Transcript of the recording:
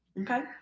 okay